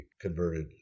converted